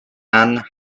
ann